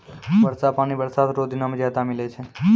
वर्षा पानी बरसात रो दिनो मे ज्यादा मिलै छै